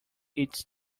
its